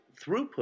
throughput